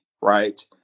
right